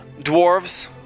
dwarves